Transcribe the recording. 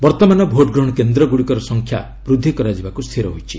ବର୍ତ୍ତମାନ ଭୋଟ ଗ୍ରହଣ କେନ୍ଦ୍ରଗୁଡ଼ିକର ସଂଖ୍ୟା ବୃଦ୍ଧି କରାଯିବାକୁ ସ୍ଥିର ହୋଇଛି